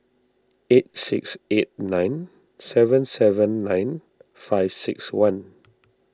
eight six eight nine seven seven nine five six one